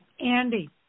Andy